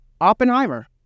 Oppenheimer